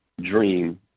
dream